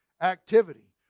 activity